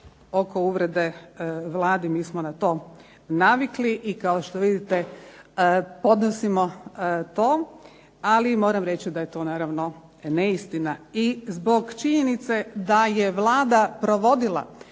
oko uvrede Vladi, mi smo na to navikli i kao što vidite podnosimo to. Ali moram reći naravno da je to neistina, i zbog činjenice da je Vlada provodila.